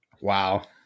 Wow